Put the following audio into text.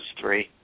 three